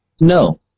No